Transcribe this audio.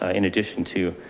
ah in addition to